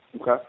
Okay